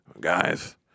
guys